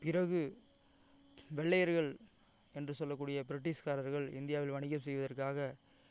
பிறகு வெள்ளையர்கள் என்று சொல்லக்கூடிய பிரிட்டிஷ்காரர்கள் இந்தியாவில் வணிகம் செய்வதற்காக